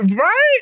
Right